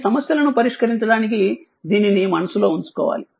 ఈ సమస్యలను పరిష్కరించడానికి దీనిని మనసులో ఉంచుకోవాలి